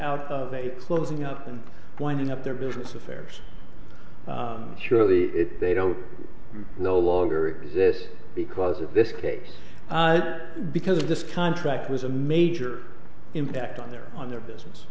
out of a closing up and winding up their business affairs surely if they don't no longer exist because of this case because this contract was a major impact on their on their business